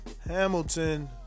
hamilton